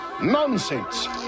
Nonsense